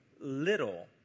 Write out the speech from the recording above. little